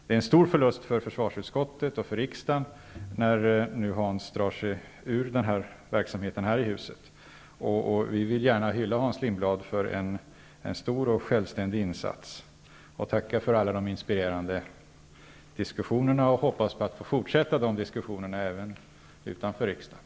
Det är en stor förlust för försvarsutskottet och för riksdagen när Hans Lindblad nu drar sig ur verksamheten här i huset. Vi vill gärna hylla Hans Lindblad för en stor och självständig insats samt tacka för alla de inspirerande diskussionerna. Vi hoppas få fortsätta de diskussionerna även utanför riksdagen.